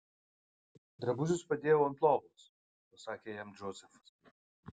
drabužius padėjau ant lovos pasakė jam džozefas